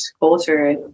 culture